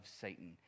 Satan